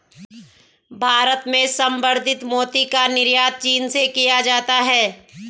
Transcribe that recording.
भारत में संवर्धित मोती का निर्यात चीन से किया जाता है